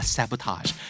Sabotage